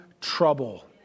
trouble